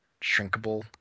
shrinkable